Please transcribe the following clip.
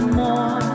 more